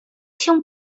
się